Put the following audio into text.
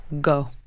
go